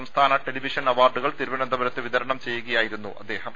സംസ്ഥാന television അവാർഡുകൾ തിരുവനന്തപുരത്ത് വിതരണം ചെയ്യുകയായി രുന്നു അദ്ദേഹം